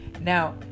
Now